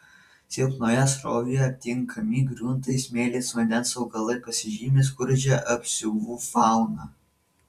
silpnoje srovėje aptinkami gruntai smėlis vandens augalai pasižymi skurdžia apsiuvų fauna